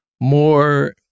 more